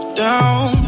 down